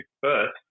first